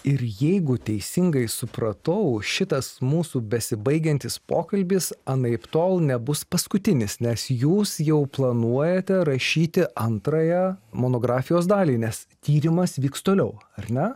ir jeigu teisingai supratau šitas mūsų besibaigiantis pokalbis anaiptol nebus paskutinis nes jūs jau planuojate rašyti antrąją monografijos dalį nes tyrimas vyks toliau ar ne